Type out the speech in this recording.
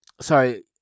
Sorry